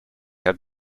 had